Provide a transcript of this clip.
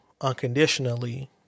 unconditionally